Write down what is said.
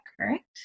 correct